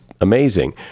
amazing